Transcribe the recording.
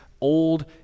old